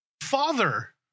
father